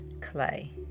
clay